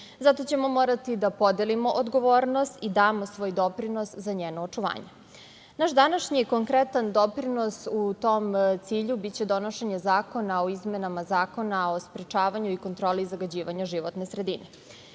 Zato ćemo morati da podelimo odgovornost i damo svoj doprinos za njeno očuvanje. Naš današnji konkretan doprinos u tom cilju biće donošenje zakona o izmenama Zakona o sprečavanju i kontroli zagađivanja životne sredine.